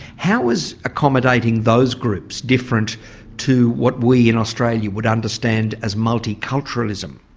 how is accommodating those groups different to what we in australia would understand as multiculturalism?